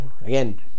Again